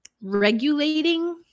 Regulating